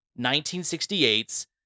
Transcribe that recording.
1968's